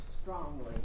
strongly